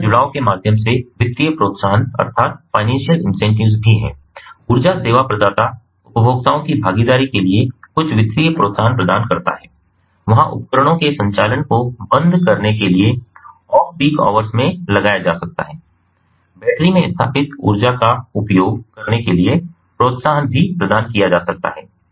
उपभोक्ता जुड़ाव के माध्यम से वित्तीय प्रोत्साहन भी हैं ऊर्जा सेवा प्रदाता उपभोक्ताओं की भागीदारी के लिए कुछ वित्तीय प्रोत्साहन प्रदान करता है वहां उपकरणों के संचालन को बंद करने के लिए ऑफ पीक आवर्स में लगाया जा सकता है बैटरी में स्थापित ऊर्जा का उपयोग करने के लिए प्रोत्साहन भी प्रदान किया जा सकता है